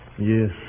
Yes